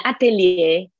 atelier